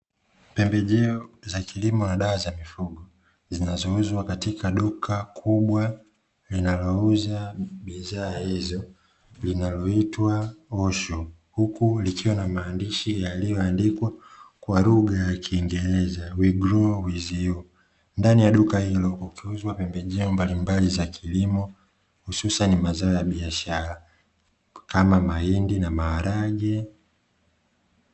Pembejeo za kilimo na dawa za mifugo zinazouzwa katika duka kubwa linalouza bidhaa hizo, linaloitwa "osho". Huku likiwa na maandishi yaliyoandikwa kwa lugha ya kiingereza "We grow with you". Ndani ya duka hilo kukiuzwa pembejeo mbalimbali za kilimo hususan mazao ya biashara, kama mahindi na maharage.